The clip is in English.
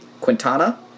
Quintana